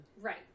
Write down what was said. Right